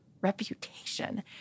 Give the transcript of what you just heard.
reputation